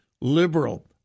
liberal